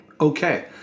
okay